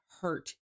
hurt